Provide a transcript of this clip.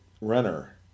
Renner